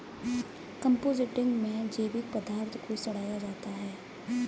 composting में जैविक पदार्थ को सड़ाया जाता है